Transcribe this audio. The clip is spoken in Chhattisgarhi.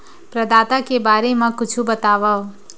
प्रदाता के बारे मा कुछु बतावव?